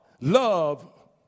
love